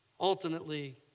Ultimately